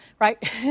right